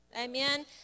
Amen